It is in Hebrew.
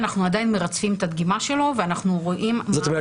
אנחנו עדין מרצפים את הדגימה שלו ואנחנו רואים -- זאת אומרת,